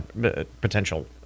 potential